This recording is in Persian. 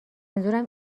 منظورم